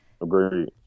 Agreed